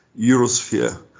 Eurosphere